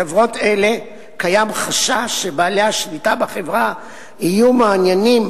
בחברות אלה קיים חשש שבעלי השליטה בחברה יהיו מעוניינים